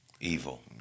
evil